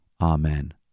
Amen